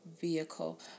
vehicle